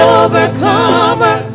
overcomer